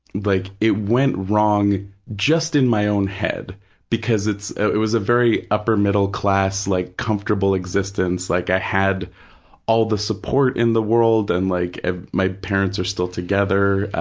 like it went wrong just in my own head because it's, it was a very upper-middle-class like comfortable existence. like, i had all the support in the world and like ah my parents are still together,